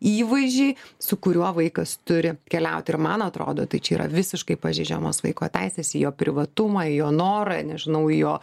įvaizdžiai su kuriuo vaikas turi keliauti ir man atrodo tai čia yra visiškai pažeidžiamos vaiko teisės į jo privatumą į jo norą nežinauį jo